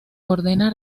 ordena